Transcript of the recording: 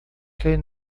quem